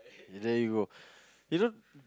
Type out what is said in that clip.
there you go you know